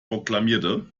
proklamierte